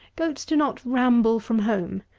goats do not ramble from home.